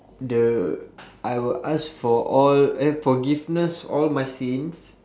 the I will ask for all eh forgiveness all my sins